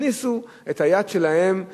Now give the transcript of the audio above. הכניסו את היד שלהן,